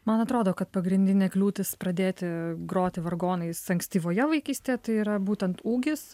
man atrodo kad pagrindinė kliūtis pradėti groti vargonais ankstyvoje vaikystėje tai yra būtent ūgis